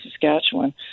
Saskatchewan